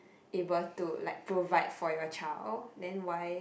able to like provide for your child then why